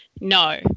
No